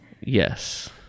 Yes